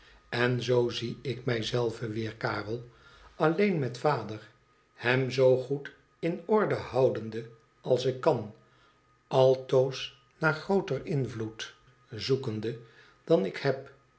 n zoo zie ik mij zelve weer karel alleen met vader hem zoo goed in orde houdende als ik kan altoos naar grooter invloed zoekende dan ik heb